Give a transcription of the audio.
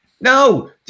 No